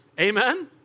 Amen